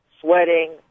sweating